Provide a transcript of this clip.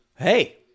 hey